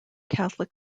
catholic